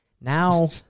Now